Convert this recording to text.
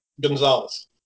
Gonzalez